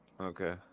Okay